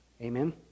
Amen